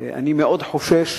אני מאוד חושש